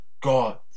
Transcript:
God